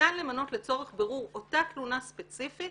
ניתן למנות לצורך בירור אותה תלונה ספציפית